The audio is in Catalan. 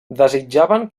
desitjaven